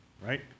right